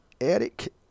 Eric